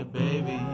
baby